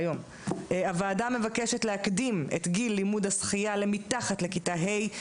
הוועדה מבקשת להקדים את גיל לימוד השחייה מתחת לכיתה ה',